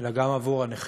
אלא גם עבור הנכים,